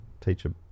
teacher